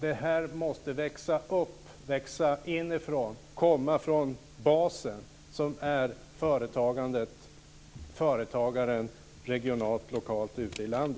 Detta måste växa fram inifrån och komma från basen, som är företagandet och företagaren regionalt och lokalt ute i landet.